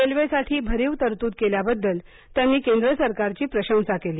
रेल्वेसाठी भरीव तरतूद केल्याबद्दल त्यांनी केंद्र सरकारची प्रशंसा केली